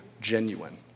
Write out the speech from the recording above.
genuine